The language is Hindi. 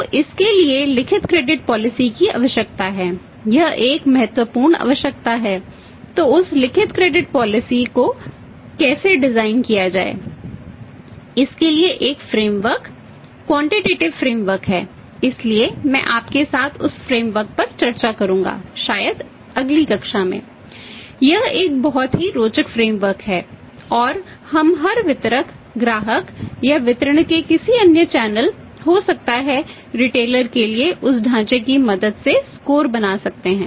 तो इसके लिए लिखित क्रेडिट पॉलिसी बना सकते हैं